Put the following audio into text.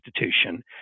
Institution